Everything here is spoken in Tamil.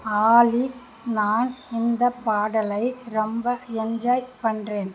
ஆலி நான் இந்த பாடலை ரொம்ப என்ஜாய் பண்ணுறேன்